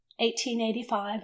1885